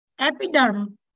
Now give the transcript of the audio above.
epiderm